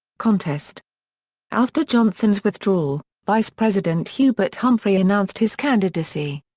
contest after johnson's withdrawal, vice president hubert humphrey announced his candidacy.